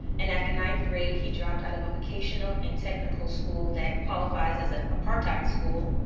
and after ninth grade, he dropped out of a vocational and technical school that qualifies as an apartheid school,